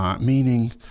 meaning